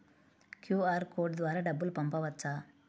QR code ద్వారా డబ్బులు పంపవచ్చా?